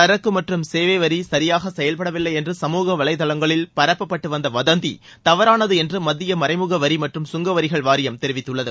சரக்கு மற்றும் சேவை வரி சரியாக செயல்பட வில்லை என்று சமூக வளைதளங்களில் பரப்பட்டுவந்த வதந்தி தவறானது என்று மத்திய மறைமுக வரி மற்றும் சுங்க வரிகள் வாரியம் தெரிவித்துள்ளது